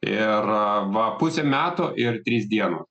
ir a va pusė metų ir trys dieno